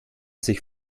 sich